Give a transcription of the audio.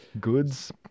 goods